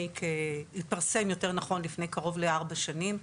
או יותר נכון התפרסם לפני כארבע שנים,